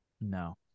No